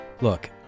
Look